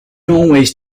always